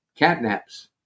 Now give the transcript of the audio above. catnaps